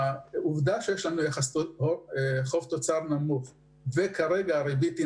העובדה שיש לנו חוב-תוצר נמוך ושכרגע הריבית היא